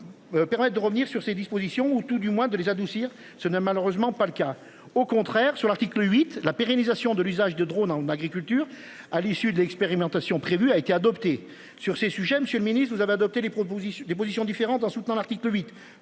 Permet de revenir sur ces dispositions ou tout du moins de les adoucir ce n'est malheureusement pas le cas au contraire sur l'article 8, la pérennisation de l'usage de drone en agriculture. À l'issue de l'expérimentation prévue a été adopté sur ces sujets. Monsieur le Ministre, vous avez adopté les propositions des positions différentes en soutenant l'article 8